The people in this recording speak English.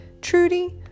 Trudy